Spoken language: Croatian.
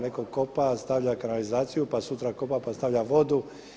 Netko kopa, stavlja kanalizaciju, pa sutra kopa, pa stavlja vodu.